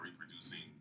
reproducing